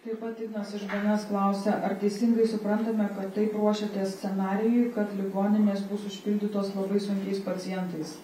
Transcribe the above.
taip pat ignas iš bns klausia ar teisingai suprantame kad taip ruošiatės scenarijui kad ligoninės bus užpildytos labai sunkiais pacientais